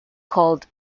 called